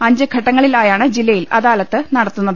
അഞ്ച് ഘട്ടങ്ങളിലായാണ് ജില്ലയിൽ അദാലത്ത് നടത്തുന്നത്